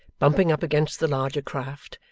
bumping up against the larger craft,